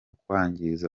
kwangiza